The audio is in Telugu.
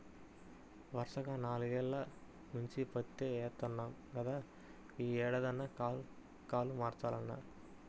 వరసగా నాల్గేల్ల నుంచి పత్తే యేత్తన్నాం గదా, యీ ఏడన్నా కాలు మార్చాలన్నా